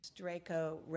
Draco